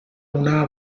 una